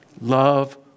love